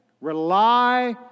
rely